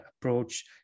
approach